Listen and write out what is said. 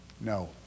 No